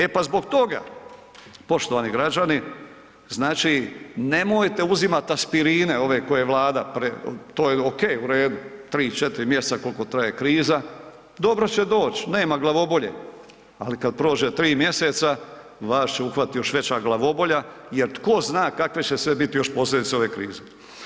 E pa zbog toga poštovani građani, nemojte uzimati aspirine ove koje Vlada to je ok, u redu, 3, 4 mjeseca koliko traje kriza dobro će doć, nema glavobolje, ali kada prođe 3 mjeseca vas će uhvatiti još veća glavobolja jer tko zna kakve će sve biti posljedice ove krize.